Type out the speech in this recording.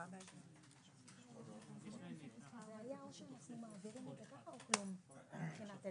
אנחנו שבים ופותחים את המשך